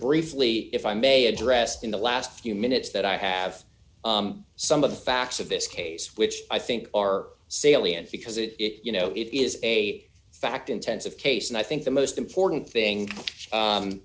briefly if i may address in the last few minutes that i have some of the facts of this case which i think are salient because it you know it is a fact intensive case and i think the most important thing